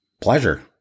Pleasure